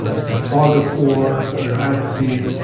it's a fog of war. you're at sea.